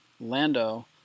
Lando